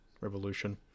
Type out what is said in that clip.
revolution